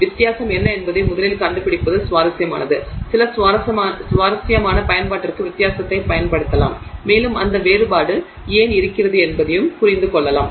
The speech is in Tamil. வித்தியாசம் என்ன என்பதை முதலில் கண்டுபிடிப்பது சுவாரஸ்யமானது சில சுவாரஸ்யமான பயன்பாட்டிற்கு வித்தியாசத்தைப் பயன்படுத்தலாம் மேலும் அந்த வேறுபாடு ஏன் இருக்கிறது என்பதையும் புரிந்து கொள்ளலாம்